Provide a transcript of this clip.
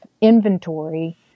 inventory